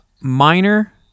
minor